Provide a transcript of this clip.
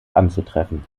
anzutreffen